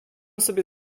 sobie